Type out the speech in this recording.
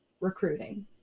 recruiting